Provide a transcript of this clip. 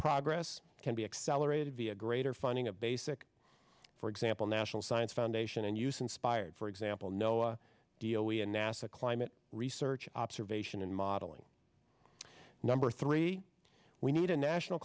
progress can be accelerated via greater funding of basic for example national science foundation and use inspired for example no deal we a nasa climate research observation and modeling number three we need a national